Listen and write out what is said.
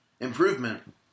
improvement